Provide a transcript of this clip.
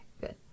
good